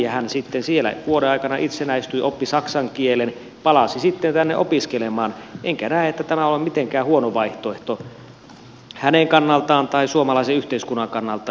hän sitten siellä vuoden aikana itsenäistyi oppi saksan kielen palasi tänne opiskelemaan enkä näe että tämä on mitenkään huono vaihtoehto hänen kannaltaan tai suomalaisen yhteiskunnan kannalta